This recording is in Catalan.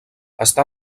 està